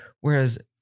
Whereas